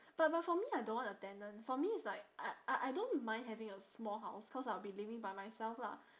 but but for me I don't want a tenant for me it's like I I don't mind having a small house cause I will be living by myself lah